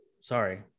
sorry